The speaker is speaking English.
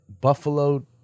buffalo